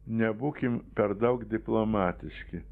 nebūkim per daug diplomatiški